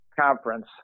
Conference